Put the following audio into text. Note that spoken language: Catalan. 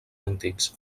antics